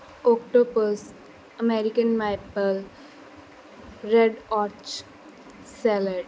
octopus American maple red arch salad